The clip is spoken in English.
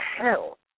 hell